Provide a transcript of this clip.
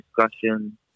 discussion